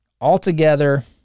altogether